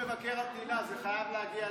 מבקר המדינה (תיקון,